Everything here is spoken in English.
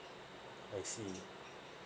I see